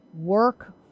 work